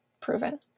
proven